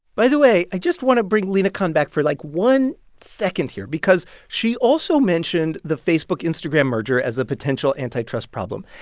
by the way, i just want to bring lina khan back for, like, one second here because she also mentioned the facebook-instagram merger as a potential antitrust problem.